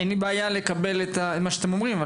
אין לי בעיה לקבל את מה שאתם אומרים,